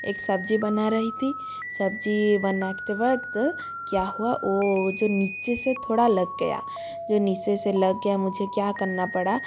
एक सब्ज़ी बना रही थी सब्ज़ी बनाते वक्त क्या हुआ जो नीचे से थोड़ा लग गया जो नीचे से लग गया मुझे क्या करना पड़ा